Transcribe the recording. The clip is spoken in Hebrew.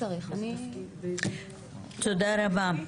תודה רבה.